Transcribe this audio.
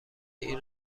این